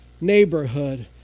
neighborhood